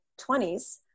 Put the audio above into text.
20s